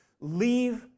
leave